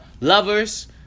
lovers